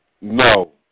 No